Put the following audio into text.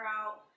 out